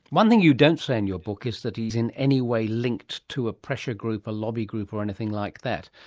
one thing you don't say in your book is that he's in any way linked to a pressure group, a lobby group or anything like that,